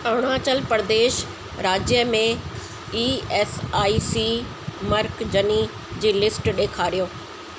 अरुणाचल प्रदेश राज्य में E S I C मर्कज़नी जी लिस्ट ॾेखारियो